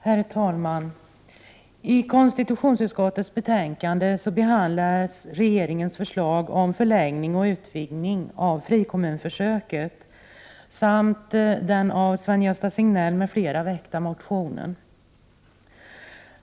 Herr talman! I detta konstitutionsutskottets betänkande behandlas regeringens förslag om förlängning och utvidgning av frikommunförsöket samt den av Sven-Gösta Signell m.fl. väckta motionen.